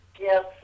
Yes